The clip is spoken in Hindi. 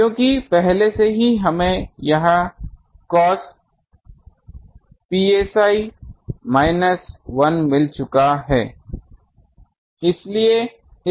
क्योंकि पहले से ही हमें यह cos psi माइनस 1 मिल चुका है